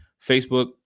Facebook